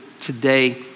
today